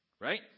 right